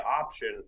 option